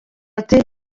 ati